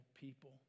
people